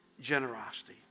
generosity